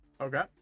Okay